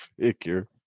figure